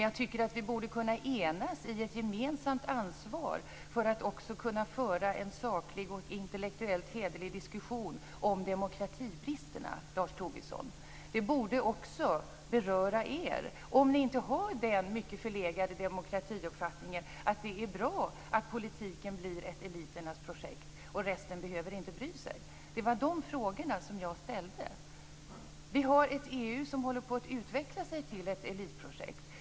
Jag tycker att vi borde kunna enas i ett gemensamt ansvar för att också kunna föra en saklig och intellektuellt hederlig diskussion om demokratibristerna, Lars Tobisson. Det borde också beröra er, om ni inte har den mycket förlegade demokratiuppfattningen att det är bra att politiken blir ett eliternas projekt och att resten inte behöver bry sig. Det var de frågorna som jag ställde. EU håller på att utveckla sig till ett elitprojekt.